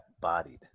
bodied